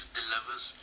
delivers